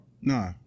Nah